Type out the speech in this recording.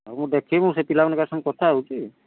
ମୁଁ ଦେଖିବି ମୁଁ ସେ ପିଲାମାନଙ୍କ କାହା ସାଙ୍ଗରେ କଥା ହେଉଛି